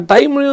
Time